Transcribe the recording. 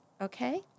okay